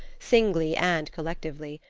singly and collectively.